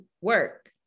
work